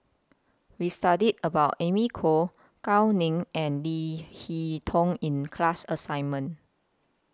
We studied about Amy Khor Gao Ning and Leo Hee Tong in class assignment